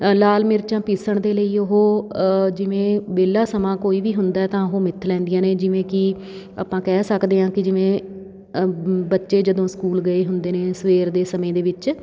ਲਾਲ ਮਿਰਚਾਂ ਪੀਸਣ ਦੇ ਲਈ ਉਹ ਜਿਵੇਂ ਵਿਹਲਾ ਸਮਾਂ ਕੋਈ ਵੀ ਹੁੰਦਾ ਤਾਂ ਉਹ ਮਿਥ ਲੈਂਦੀਆਂ ਨੇ ਜਿਵੇਂ ਕਿ ਆਪਾਂ ਕਹਿ ਸਕਦੇ ਹਾਂ ਕਿ ਜਿਵੇਂ ਬੱਚੇ ਜਦੋਂ ਸਕੂਲ ਗਏ ਹੁੰਦੇ ਨੇ ਸਵੇਰ ਦੇ ਸਮੇਂ ਦੇ ਵਿੱਚ